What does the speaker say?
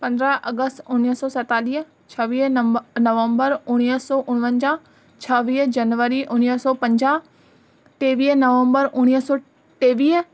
पंद्रहं अगस्त उणिवीह सौ सतेतालीह छवीह नम नवम्बर उणिवीह सौ उणवंजा्हु छवीह जववरी उणिवीह सौ पंजाहु टेवीह नवम्बर उणिवीह सौ टेवीह